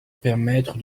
permettre